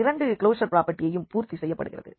இரண்டு க்ளோஷர் பிராபர்ட்டியும் பூர்த்தி செய்யப்படுகிறது